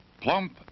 Plump